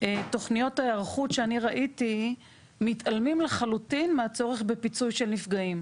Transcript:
תכניות ההיערכות שאני ראיתי מתעלמים לחלוטין מהצורך בפיצוי של נפגעים,